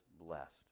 blessed